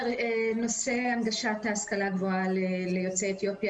נושא הגשת ההשכלה הגבוהה ליוצאי אתיופיה